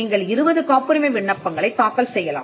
நீங்கள் 20 காப்புரிமை விண்ணப்பங்களைத் தாக்கல் செய்யலாம்